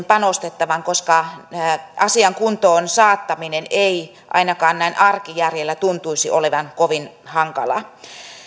panostettavan koska asian kuntoon saattaminen ei ainakaan näin arkijärjellä tuntuisi olevan kovin hankalaa